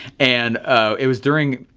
and it was during,